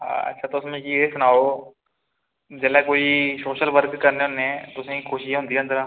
अच्छा तुस मिकी एह् सनाओ जेल्लै कोई सोशल वर्क करने होन्ने तुसें ई खुशी होंदी अंदरा